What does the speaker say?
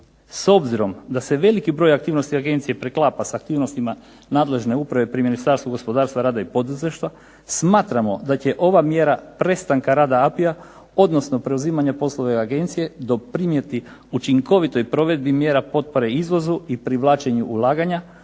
S obzirom da se veliki broj aktivnosti agencije preklapa sa aktivnostima nadležne uprave pri Ministarstvu gospodarstva, rada i poduzetništva, smatramo da će ova mjera prestanka rada APIU-a odnosno preuzimanje poslova agencije doprinijeti učinkovitoj provedbi mjera potpore izvozu i privlačenju ulaganja,